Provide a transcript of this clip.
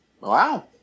Wow